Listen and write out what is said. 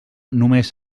només